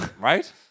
Right